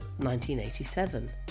1987